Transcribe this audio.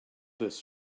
this